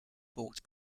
bought